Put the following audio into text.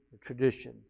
tradition